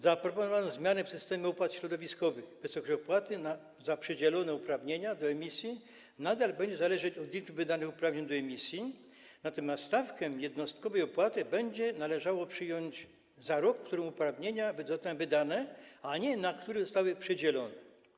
Zaproponowano zmiany w systemie opłat środowiskowych: wysokość opłaty za przydzielone uprawnienia do emisji nadal będzie zależeć od liczby danych uprawnień do emisji, natomiast stawkę jednostkowej opłaty będzie należało przyjąć za rok, w którym uprawnienia zostały wydane, a nie za rok, na który zostały przydzielone.